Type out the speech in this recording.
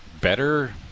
better